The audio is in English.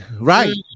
Right